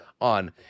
on